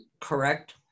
Correct